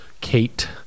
Kate